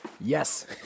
Yes